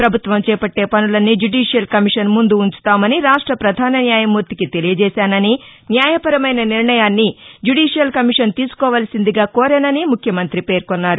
ప్రభుత్వం చేపట్లే పనులన్నీ జ్యుడీషియల్ కమిషన్ ముందు ఉంచుతామని రాష్ట ప్రధాన న్యాయమూర్తికి తెలియజేశానని న్యాయపరమైన నిర్ణయాన్ని జ్యుదీషియల్ కమిషన్ తీసుకోవలసిందిగా కోరానని ముఖ్యమంతి పేర్కొన్నారు